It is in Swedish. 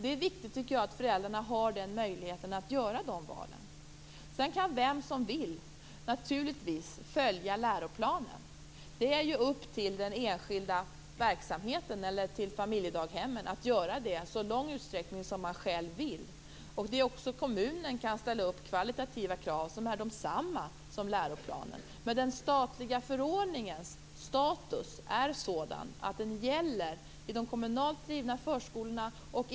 Det är viktigt att föräldrarna har möjlighet att göra dessa val. Sedan kan den som vill följa läroplanen. Det är ju upp till den enskilda verksamheten eller till familjedaghemmen att göra det i så stor utsträckning som man själv vill. Kommunen kan också ställa upp kvalitativa krav som är desamma som kraven i läroplanen. Men den statliga förordningens status är sådan att den gäller i de kommunalt drivna förskolorna.